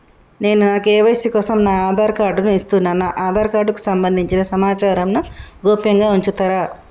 నేను నా కే.వై.సీ కోసం నా ఆధార్ కార్డు ను ఇస్తున్నా నా ఆధార్ కార్డుకు సంబంధించిన సమాచారంను గోప్యంగా ఉంచుతరా?